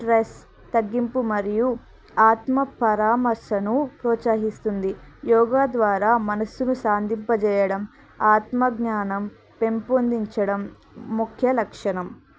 stress తగ్గింపు మరియు ఆత్మపరామర్శను ప్రోత్సహిస్తుంది యోగా ద్వారా మనసును శాంతిపచేయడం ఆత్మజ్ఞానం పెంపొందించడం ముఖ్య లక్షణం